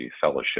Fellowship